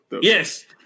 Yes